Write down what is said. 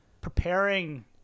Preparing